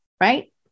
right